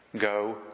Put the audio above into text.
go